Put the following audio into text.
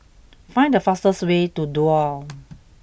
find the fastest way to Duo